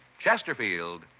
Chesterfield